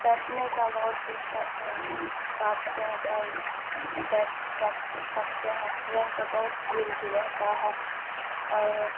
بیٹھنے کا بہت دقت کاٹتے ہیں تب بیٹھ سک سکتے ہیں ٹرین پر بہت بھیڑ بھی رہتا ہے اور